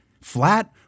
Flat